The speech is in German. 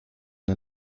der